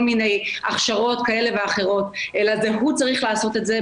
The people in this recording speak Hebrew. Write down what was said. מיני הכשרות כאלה ואחרות אלא זה הוא צריך לעשות את זה,